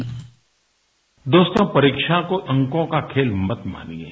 bite दोस्तो परीक्षा को अंको का खेल मत मानिये